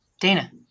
Dana